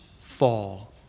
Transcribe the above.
fall